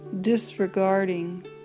disregarding